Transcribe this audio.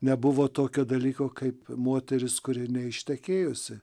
nebuvo tokio dalyko kaip moteris kuri neištekėjusi